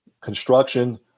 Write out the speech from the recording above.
Construction